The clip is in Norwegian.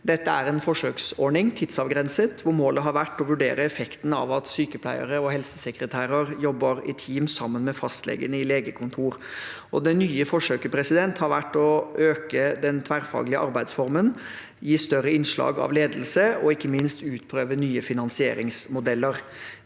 som er tidsavgrenset, hvor målet har vært å vurdere effekten av at sykepleiere og helsesekretærer jobber i team sammen med fastlegene på legekontor. Det nye forsøket har vært å øke den tverrfaglige arbeidsformen, gi større innslag av ledelse og ikke minst utprøve nye finansieringsmodeller.